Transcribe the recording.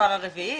כבר הרביעית.